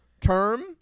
term